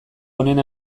onena